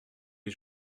les